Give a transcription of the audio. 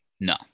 No